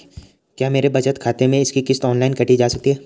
क्या मेरे बचत खाते से इसकी किश्त ऑनलाइन काटी जा सकती है?